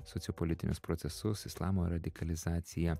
sociopolitinius procesus islamo radikalizaciją